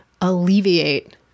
alleviate